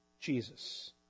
Jesus